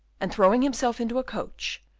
and, throwing himself into a coach,